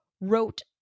wrote